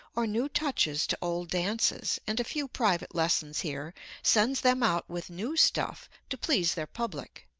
or new touches to old dances, and a few private lessons here sends them out with new stuff to please their public.